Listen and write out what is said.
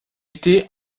été